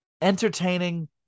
entertaining